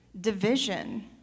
Division